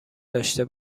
داشته